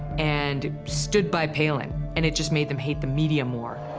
and stood by palin, and it just made them hate the media more.